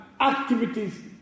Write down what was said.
activities